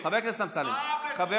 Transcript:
הגשנו פה הצעת חוק למען תרופות מצילות חיים,